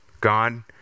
God